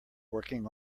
working